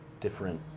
different